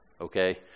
okay